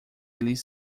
eles